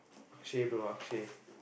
Akshay bro Akshay